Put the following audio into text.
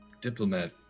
diplomat